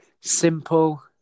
simple